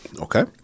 Okay